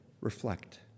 reflect